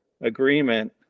agreement